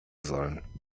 sollen